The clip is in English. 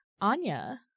Anya